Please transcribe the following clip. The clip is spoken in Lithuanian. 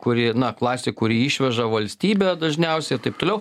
kuri na klasė kuri išveža valstybę dažniausiai ir taip toliau